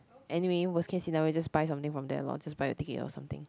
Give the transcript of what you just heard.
anyway worst case scenario just buy something from there lor just buy a ticket or something